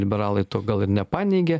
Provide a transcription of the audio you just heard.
liberalai to gal ir nepaneigė